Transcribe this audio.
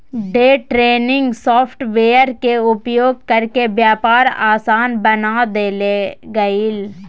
day trading software के उपयोग करके व्यापार आसान बना देल गेलय